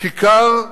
שבכיכר באל-בירה,